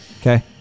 okay